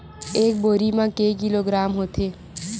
एक बोरी म के किलोग्राम होथे?